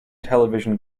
television